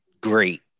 great